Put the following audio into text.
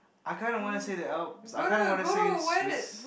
I kind of wanna say the Alps I kind of wanna say Swiss